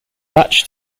batch